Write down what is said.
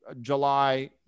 July